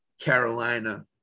Carolina –